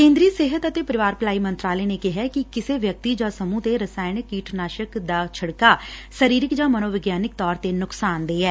ਕੇਂਦਰੀ ਸਿਹਤ ਅਤੇ ਪਰਿਵਾਰ ਭਲਾਈ ਮੰਤਰਾਲੇ ਨੇ ਕਿਹੈ ਕਿ ਕਿਸੇ ਵਿਅਕਤੀ ਜਾਂ ਸਮੁਹ ਤੇ ਰਸਾਇਣਕ ਕੀਟਾਣੂ ਨਾਸ਼ਕ ਦਾ ਛਿਤਕਾਅ ਸ਼ਰੀਰਕ ਜਾਂ ਮਨੋਵਿਗਿਆਨਕ ਤੌਰ ਤੇ ਜੁਕਸਾਨ ਦੇਹ ਏ